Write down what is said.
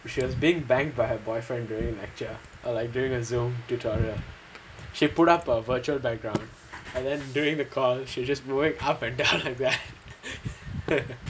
she was being banged by her boyfriend during lecture like during a Zoom tutorial she put up a virtual background and then during the call she just moving up or down like that